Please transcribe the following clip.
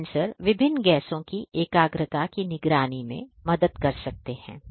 gas sensor विभिन्न गैसों की एकाग्रता की निगरानी में मदद कर सकते हैं